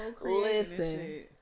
listen